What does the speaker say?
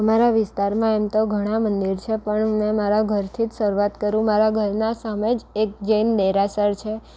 અમારા વિસ્તારમાં એમ તો ઘણા મંદિર છે પણ મેં મારા ઘરથી જ શરૂઆત કરું મારા ઘરના સામે જ એક જૈન દેરાસર છે